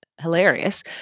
hilarious